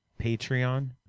Patreon